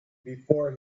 before